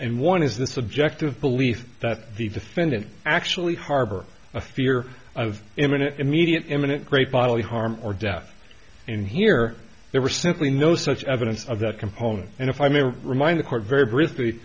and one is the subjective belief that the defendant actually harbor a fear of imminent immediate imminent great bodily harm or death and here there were simply no such evidence of that component and if i may remind the court very bri